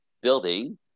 building